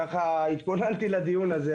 שהתכוננתי לדיון הזה,